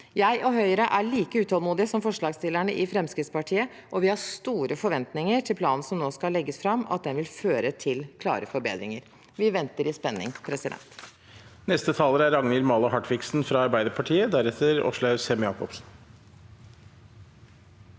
Jeg og Høyre er like utålmodige som forslagsstillerne i Fremskrittspartiet, og vi har store forventninger til at planen som nå skal legges fram, vil føre til klare forbedringer. Vi venter i spenning.